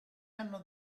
hanno